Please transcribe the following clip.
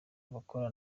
abakora